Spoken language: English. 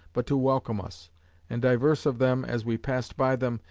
but to welcome us and divers of them, as we passed by them,